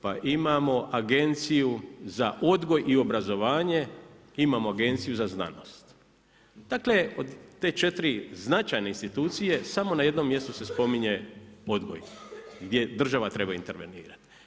Pa imamo agenciju za odgoj i obrazovanje, imamo agenciju za znanost, dakle, od te 4 značajne institucije, samo na jednom jesu se spominje, odgoj, gdje država treba intervenirati.